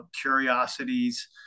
curiosities